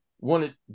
wanted